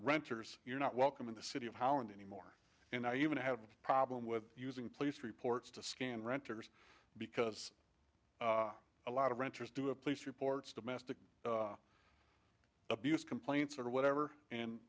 renters you're not welcome in the city of holland anymore and i even have a problem with using police reports to scan renters because a lot of renters do a police reports domestic abuse complaints or whatever and